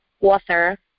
author